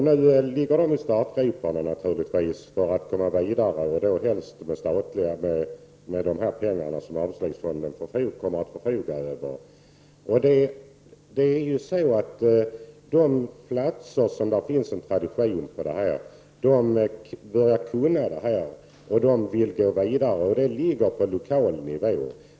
Nu ligger man naturligtvis i startgroparna för att komma vidare, och helst med de pengar som arbetslivsfonden kommer att förfoga över. På de platser där det finns en tradition med sådan verksamhet börjar man kunna detta. Man vill gå vidare i arbetet, och det ligger på lokal nivå.